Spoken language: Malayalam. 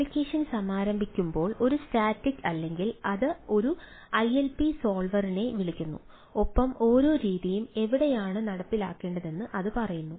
ആപ്ലിക്കേഷൻ സമാരംഭിക്കുമ്പോൾ ഒരു സ്റ്റാറ്റിക് ആണെങ്കിൽ അത് ഒരു ഐഎൽപി സോൾവറിനെ വിളിക്കുന്നു ഒപ്പം ഓരോ രീതിയും എവിടെയാണ് നടപ്പിലാക്കേണ്ടതെന്ന് അത് പറയുന്നു